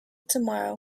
tomorrow